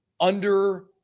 under-